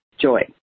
joy